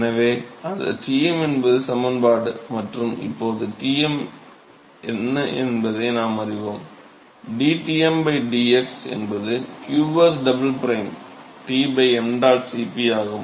எனவே அது Tm என்பதன் சமன்பாடு மற்றும் இப்போது Tm என்பதை நாம் அறிவோம் dTm by dx என்பது qs double prime T ṁ Cp ஆகும்